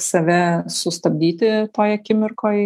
save sustabdyti toj akimirkoj